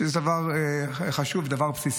שזה דבר חשוב ודבר בסיסי.